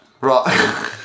Right